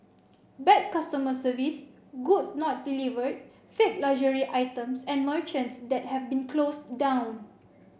bad customer service goods not delivered fake luxury items and merchants that have been closed down